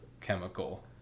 chemical